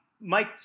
Mike